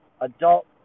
adult